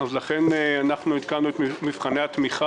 לכן עדכנו את מבחני התמיכה.